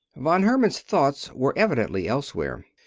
von herman's thoughts were evidently elsewhere.